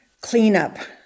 cleanup